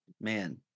man